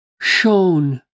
shown